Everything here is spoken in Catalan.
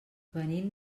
venim